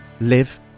live